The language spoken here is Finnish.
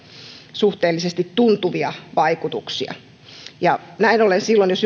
suhteellisesti tuntuvia vaikutuksia näin ollen silloin